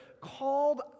Called